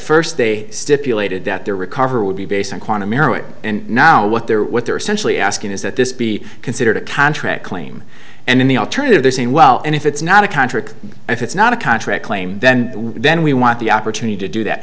first they stipulated that their recovery would be based on quantum merit and now what they're what they're essentially asking is that this be considered a contract claim and in the alternative they're saying well and if it's not a contract if it's not a contract claim then then we want the opportunity to do that